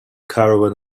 caravan